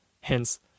Hence